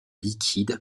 liquide